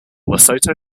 lesotho